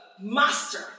master